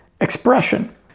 expression